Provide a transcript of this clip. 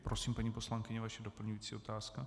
Prosím, paní poslankyně, vaše doplňující otázka.